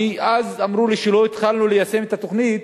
אז אמרו לי: לא התחלנו ליישם את התוכנית